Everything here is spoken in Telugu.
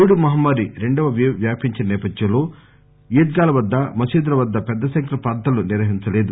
కోవిడ్ మహమ్మారి రెండవ పేవ్ వ్యాపించిన సేపథ్యంలో ఈద్గా ల వద్ద మసీదుల వద్ద పెద్ద సంఖ్యలో ప్రార్దనలు నిర్వహించలేదు